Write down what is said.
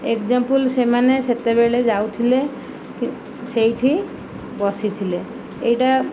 example ସେମାନେ ସେତେବେଳେ ଯାଉଥିଲେ ସେଇଠି ବସିଥିଲେ ଏଇଟା